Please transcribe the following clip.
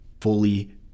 fully